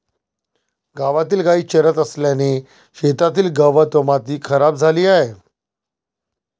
गावातील गायी चरत असल्याने शेतातील गवत व माती खराब झाली आहे